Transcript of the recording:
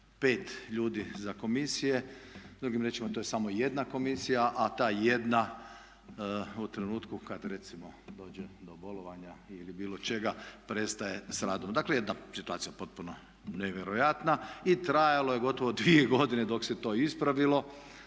5 ljudi za komisije. Drugim riječima to je sam jedna komisija, a ta jedna u trenutku kad recimo dođe do bolovanja ili bilo čega prestaje sa radom. Dakle jedna situacija potpuno nevjerojatna i trajalo je gotovo dvije godine dok se to ispravilo